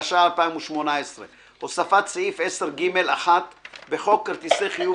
התשע"ח 2018 "הוספת סעיף 10ג 1. בחוק כרטיסי חיוב,